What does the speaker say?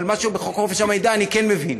אבל משהו בחוק חופש המידע אני כן מבין,